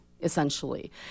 essentially